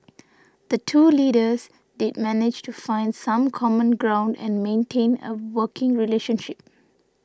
the two leaders did manage to find some common ground and maintain a working relationship